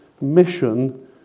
mission